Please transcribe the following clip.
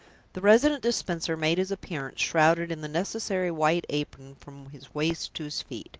the resident dispenser made his appearance shrouded in the necessary white apron from his waist to his feet.